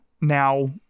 now